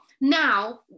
Now